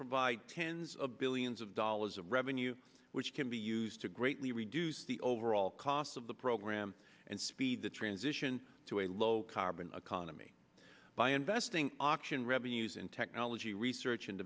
provide tens of billions of dollars of revenue which can be used to greatly reduce the overall cost of the program and speed the transition to a low carbon economy by investing auction revenues in technology research and